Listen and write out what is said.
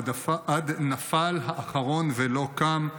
עד נפל האחרון ולא קם",